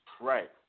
Right